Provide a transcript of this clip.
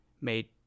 made